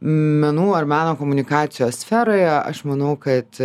menų ar meno komunikacijos sferoje aš manau kad